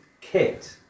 kit